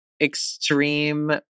extreme